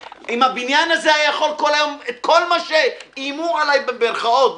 הבניין הזה יכול היה כל מה שאיימו עליי במירכאות,